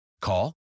Call